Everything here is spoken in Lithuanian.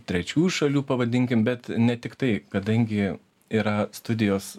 trečiųjų šalių pavadinkim bet ne tiktai kadangi yra studijos